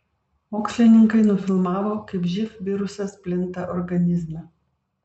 mokslininkai nufilmavo kaip živ virusas plinta organizme